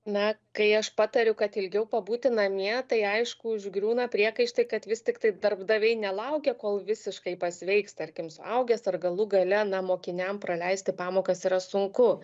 na kai aš patariu kad ilgiau pabūti namie tai aišku užgriūna priekaištai kad vis tiktai darbdaviai nelaukia kol visiškai pasveiks tarkim suaugęs ar galų gale na mokiniam praleisti pamokas yra sunku